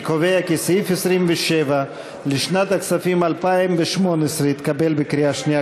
אני קובע כי סעיף 27 לשנת הכספים 2018 התקבל בקריאה שנייה,